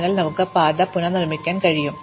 അതിനാൽ നമുക്ക് പാത പുനർനിർമ്മിക്കാൻ കഴിയും